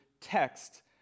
text